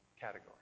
category